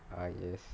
uh yes